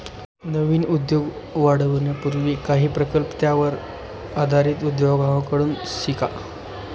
नवीन उद्योग वाढवण्यापूर्वी काही प्रकल्प त्यावर आधारित उद्योगांकडून शिका